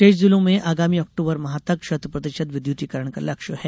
शेष जिलों में आगामी अक्टूबर माह तक शतप्रतिशत विद्युतीकरण का लक्ष्य है